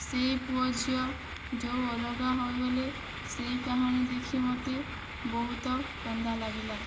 ସେହି ପୁଅ ଝିଅ ଯେଉଁ ଅଲଗା ହୋଇଗଲେ ସେହି କାହାଣୀ ଦେଖି ମୋତେ ବହୁତ କାନ୍ଦ ଲାଗିଲା